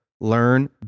learn